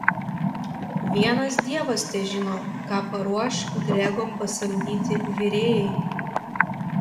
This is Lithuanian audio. vienas dievas težino ką paruoš grego pasamdyti virėjai